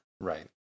Right